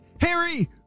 Harry